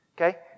okay